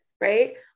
right